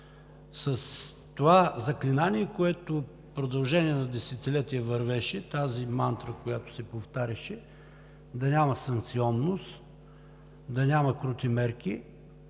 С това заклинание, което в продължение на десетилетия вървеше, тази мантра, която се повтаряше – да няма санкционност, да няма крути мерки,